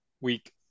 Week